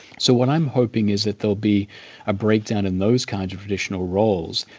so what i'm hoping is that there'll be a breakdown in those kinds of traditional roles.